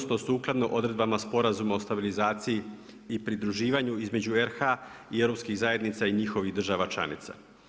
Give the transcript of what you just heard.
sukladno odredbama sporazuma o stabilizaciji i pridruživanju između RH i Europskih zajednica i njihovih država članica.